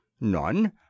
None